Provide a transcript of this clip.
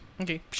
Okay